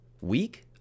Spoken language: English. week